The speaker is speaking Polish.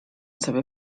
sobie